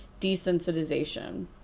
desensitization